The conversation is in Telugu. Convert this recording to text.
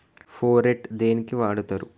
ఫోరెట్ దేనికి వాడుతరు?